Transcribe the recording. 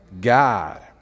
God